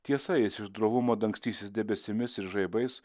tiesa jis iš drovumo dangstytis debesimis ir žaibais